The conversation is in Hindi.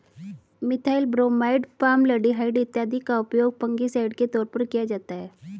मिथाइल ब्रोमाइड, फॉर्मलडिहाइड इत्यादि का उपयोग फंगिसाइड के तौर पर किया जाता है